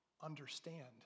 understand